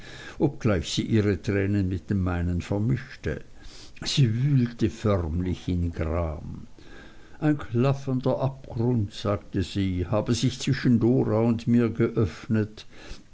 obgleich sie ihre tränen mit den meinen vermischte sie wühlte förmlich in gram ein klaffender abgrund sagte sie habe sich zwischen dora und mir geöffnet